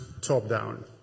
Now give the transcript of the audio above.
top-down